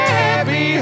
happy